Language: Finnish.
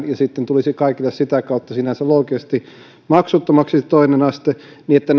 ja sitten tulisi toinen aste kaikille sitä kautta sinänsä loogisesti maksuttomaksi sinisten kanta on se että